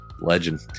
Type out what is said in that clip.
Legend